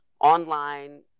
online